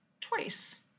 twice